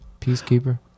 Peacekeeper